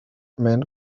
man